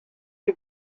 you